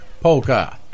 Polka